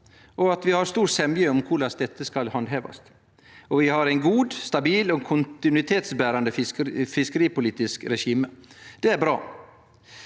og at vi har stor semje om korleis dette skal handhevast. Vi har eit godt, stabilt og kontinuitetsberande fiskeripolitisk regime. Det er bra.